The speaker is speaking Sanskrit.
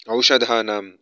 औषधानां